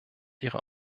ihrer